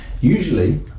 Usually